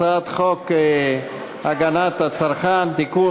הצעת חוק הגנת הצרכן (תיקון,